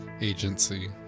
agency